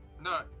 No